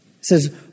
says